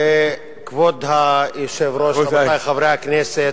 כבוד היושב-ראש, רבותי חברי הכנסת,